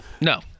No